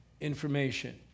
information